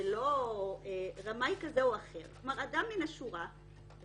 ולא רמאי כזה או אחר, כלומר אדם מן השורה עם